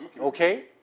Okay